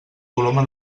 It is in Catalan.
coloma